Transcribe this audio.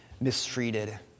mistreated